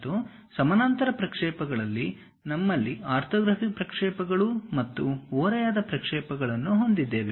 ಮತ್ತು ಸಮಾನಾಂತರ ಪ್ರಕ್ಷೇಪಗಳಲ್ಲಿ ನಮ್ಮಲ್ಲಿ ಆರ್ಥೋಗ್ರಾಫಿಕ್ ಪ್ರಕ್ಷೇಪಗಳು ಮತ್ತು ಓರೆಯಾದ ಪ್ರಕ್ಷೇಪಗಳನ್ನು ಹೊಂದಿದ್ದೇವೆ